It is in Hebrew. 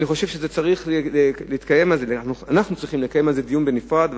אני חושב שאנחנו צריכים לקיים על זה דיון נפרד,